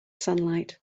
sunlight